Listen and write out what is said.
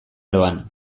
aroan